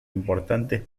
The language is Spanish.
importantes